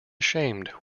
ashamed